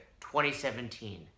2017